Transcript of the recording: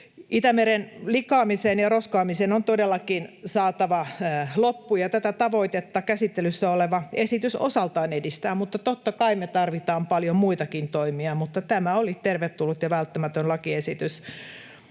Itämeren likaamiseen ja roskaamiseen on todellakin saatava loppu, ja tätä tavoitetta käsittelyssä oleva esitys osaltaan edistää. Totta kai me tarvitaan paljon muitakin toimia, mutta tämä oli tervetullut ja välttämätön lakiesitys.